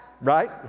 Right